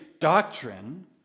doctrine